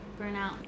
burnout